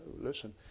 Listen